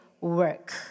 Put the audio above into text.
work